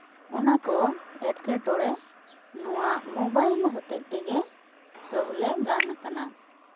ᱚᱱᱟ ᱠᱚ ᱮᱸᱴᱠᱮᱴᱚᱲᱮ ᱱᱚᱣᱟ ᱢᱳᱵᱟᱭᱤᱞ ᱦᱚᱛᱮᱫ ᱛᱮᱜᱮ ᱥᱚᱦᱞᱮ ᱜᱟᱱ ᱠᱟᱱᱟ